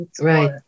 Right